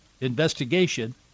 investigation